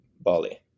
Bali